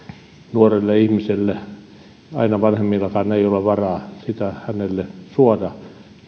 nuorelle ihmiselle aina vanhemmillakaan ei ole varaa sitä hänelle suoda